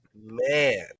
Man